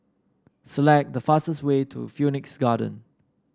select the fastest way to Phoenix Garden